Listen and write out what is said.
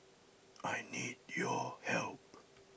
I need your help